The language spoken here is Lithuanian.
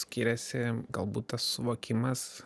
skiriasi galbūt tas suvokimas